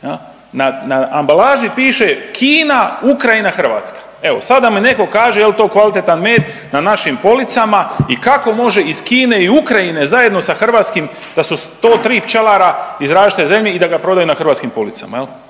na ambalaži piše Kina, Ukrajina, Hrvatska, evo sad da mi neko kaže je li to kvalitetan med na našim policama i kako može iz Kine i Ukrajine zajedno sa Hrvatskim da su to tri pčelara iz različite zemlje i da ga prodaju na hrvatskim policama